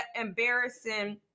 embarrassing